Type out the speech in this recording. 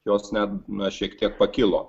jos net na šiek tiek pakilo